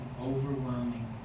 overwhelming